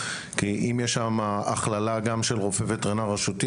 כי אם יש שם הכללה גם של רופא וטרינר רשותי